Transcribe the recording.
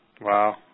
Wow